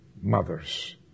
mothers